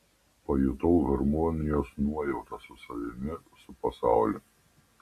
pajutau harmonijos nuojautą su savimi su pasauliu